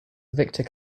victor